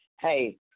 Hey